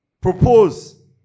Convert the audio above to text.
Propose